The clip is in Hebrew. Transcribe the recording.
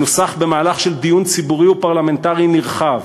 הוא נוסח במהלך של דיון ציבורי ופרלמנטרי נרחב.